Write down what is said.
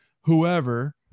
whoever